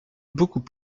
beaucoup